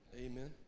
Amen